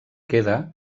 queda